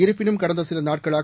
இருப்பினும் கடந்த சில நாட்களாக